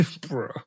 Bro